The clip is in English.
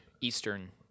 Eastern